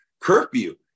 curfew